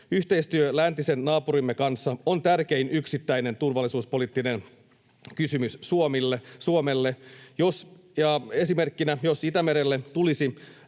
Yhteistyö läntisen naapurimme kanssa on tärkein yksittäinen turvallisuuspoliittinen kysymys Suomelle. Esimerkkinä: jos Itämerelle tulisi